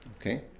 Okay